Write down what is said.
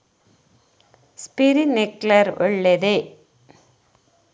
Sprinkler ಒಳ್ಳೇದೇ?